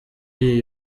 iyi